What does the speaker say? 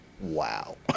wow